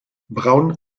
braun